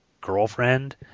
girlfriend